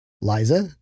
Liza